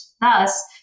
thus